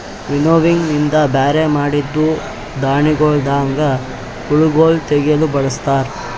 winnowing ಇಂದ ಬ್ಯಾರೆ ಮಾಡಿದ್ದೂ ಧಾಣಿಗೊಳದಾಂದ ಹುಳಗೊಳ್ ತೆಗಿಲುಕ್ ಬಳಸ್ತಾರ್